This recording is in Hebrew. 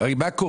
את מה שהם